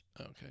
Okay